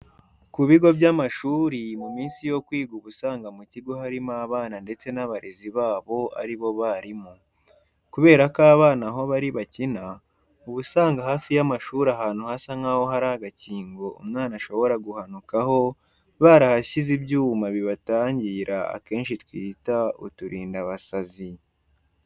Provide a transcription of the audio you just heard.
Kubigo by'amashuri, muminsi yo kwiga uba usanga mukigo harimo abana ndetse n'abarezi babo aribo balimu. kuberako abana aho bari bakina, uba usanga hafi y'amashuli ahantu hasa nkaho hari agakingo umwana ashobora guhanukaho barahashyize ibyuma bibatangira akenshi twita uturindabasazi.